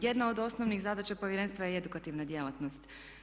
Jedna od osnovnih zadaća Povjerenstva je i edukativna djelatnost.